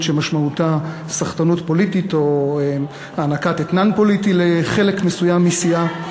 שמשמעותה סחטנות פוליטית או הענקת אתנן פוליטי לחלק מסוים מסיעה.